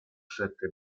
sette